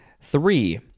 Three